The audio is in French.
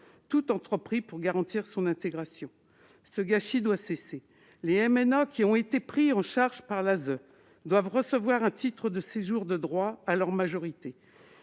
tout entrepris pour garantir son intégration ? Ce gâchis doit cesser. Les MNA qui ont été pris en charge par l'ASE doivent, de droit, recevoir à leur majorité